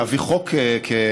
להביא חוק כמתנה,